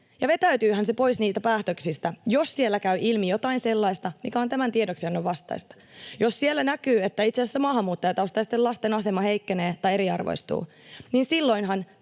ja vetäytyyhän se pois niistä päätöksistä, jos siellä käy ilmi jotain sellaista, mikä on tämän tiedoksiannon vastaista. Jos siellä näkyy, että itse asiassa maahanmuuttajataustaisten lasten asema heikkenee tai eriarvoistuu, niin silloinhan